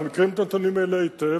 אנחנו מכירים את הנתונים האלה היטב.